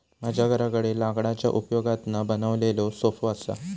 माझ्या घराकडे लाकडाच्या उपयोगातना बनवलेलो सोफो असा